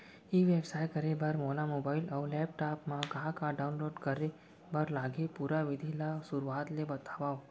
ई व्यवसाय करे बर मोला मोबाइल अऊ लैपटॉप मा का का डाऊनलोड करे बर लागही, पुरा विधि ला शुरुआत ले बतावव?